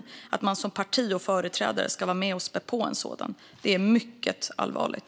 Jag tror inte att någon av oss tjänar på att man som partiföreträdare är med och spär på en sådan utveckling. Det är mycket allvarligt.